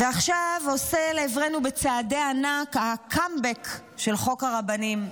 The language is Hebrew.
ועכשיו עושה לעברנו בצעדי ענק הקאמבק של חוק הרבנים.